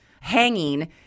hanging